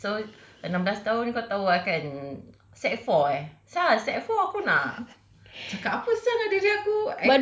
so enam belas tahun kau tahu lah kan sec four eh ah sec four pun nak cakap apa sia dengan diri aku ac~